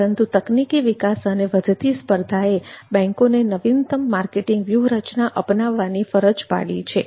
પરંતુ તકનીકી વિકાસ અને વધતી સ્પર્ધા એ બેંકોને નવીનતમ માર્કેટિંગ વ્યૂહરચના અપનાવવાની ફરજ પાડી છે